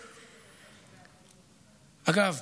אגב,